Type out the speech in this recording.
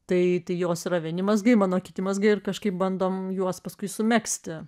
tai tai jos yra vieni mazgai mano kiti mazgai ir kažkaip bandom juos paskui sumegzti